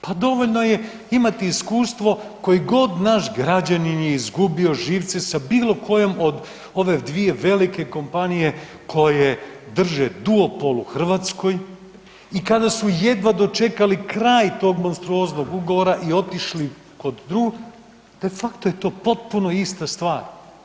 Pa dovoljno je imati iskustvo koji god naš građanin je izgubio živce sa bilo kojom od ove dvije velike kompanije koje drže duo pol u Hrvatskoj i kada su jedva dočekali kraj tog monstruoznog ugovora i otišli kod drugog de facto je to potpuno ista stvar.